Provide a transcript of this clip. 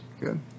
Good